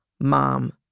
mom